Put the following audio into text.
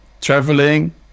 traveling